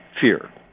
fear